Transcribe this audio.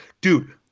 dude